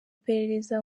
iperereza